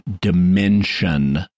dimension